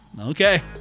Okay